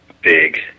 big